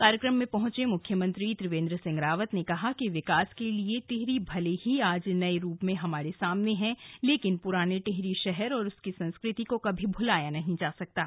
कार्यक्रम में पहुंचे मुख्यमंत्री त्रिवेंद्र सिंह रावत ने कहा कि विकास के लिए टिहरी भले ही आज नए रूप में हमारे सामने है लेकिन पुराने टिहरी शहर और उसकी संस्कृति को कभी भुलाया नहीं जा सकता है